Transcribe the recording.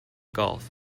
golf